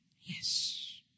Yes